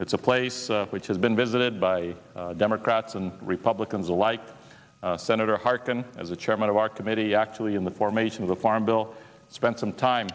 it's a place which has been visited by democrats and republicans alike senator harkin as the chairman of our committee actually in the formation of a farm bill spent some time